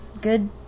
good